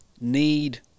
need